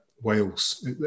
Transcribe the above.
Wales